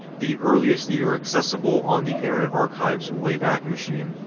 the earliest year accessible on the internet archive's wayback machine.